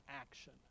action